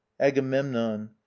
agamemnon